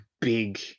big